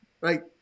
right